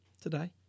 today